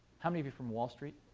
how many of you from wall street?